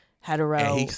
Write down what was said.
hetero